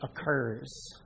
occurs